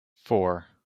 four